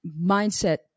mindset